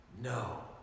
no